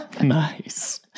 Nice